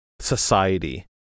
society